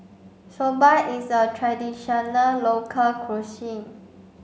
Soba is a traditional local cuisine